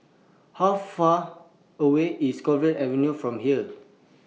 How Far away IS Clover Avenue from here